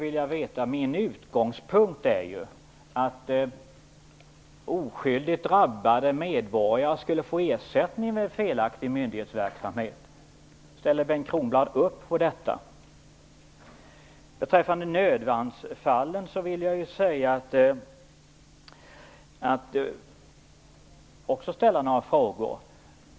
Min utgångspunkt är att oskyldigt drabbade medborgare skall få ersättning vid felaktig myndighetsverksamhet. Ställer Bengt Kronblad upp på detta? Beträffande nödvärnsfallen vill jag också ställa en fråga.